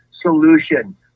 solution